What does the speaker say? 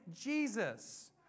Jesus